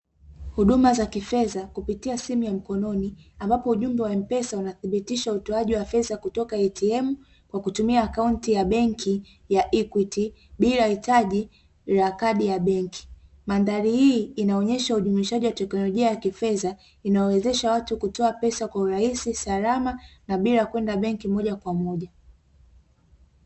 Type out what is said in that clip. Huduma za kifedha kupitia simu ya mkononi, ambapo ujumbe wa mpesa unathibitisha utoaji wa pesa kutoka "ATM" kwa kutumia akaunti ya benki ya "EQUITY" bila hitaji la kadi ya benki. Mandhari hii inaonyesha ujumuishaji wa teknolojia ya kifedha inayowezesha watu kutoa pesa kwa urahisi, salama na bila kwenda benki moja kwa moja.